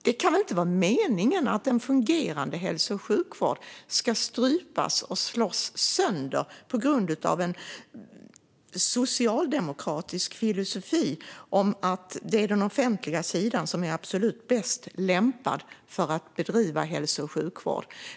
Det kan inte vara meningen att en fungerande hälso och sjukvård ska strypas och slås sönder på grund av en socialdemokratisk filosofi om att det är den offentliga sidan som är absolut bäst lämpad att bedriva hälso och sjukvård.